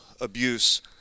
abuse